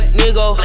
nigga